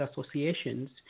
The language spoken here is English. associations